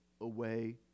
away